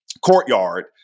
courtyard